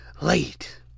late